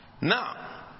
Now